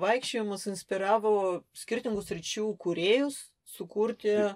vaikščiojimas inspiravo skirtingų sričių kūrėjus sukurti